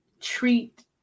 treat